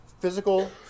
physical